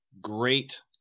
great